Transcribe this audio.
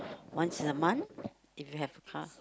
once in a month if you have car